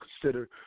consider